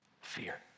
fear